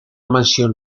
mansión